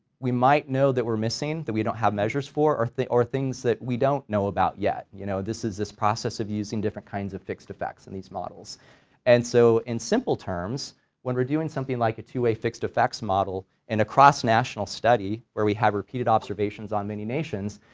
we might know that we're missing that we don't have measures for, or things or things that we don't know about yet, you know, this is this process of using different kinds of fixed effects in these models and so in simple terms when we're doing something like a two-way fixed effects model in a cross-national study where we have repeated observations on many nations,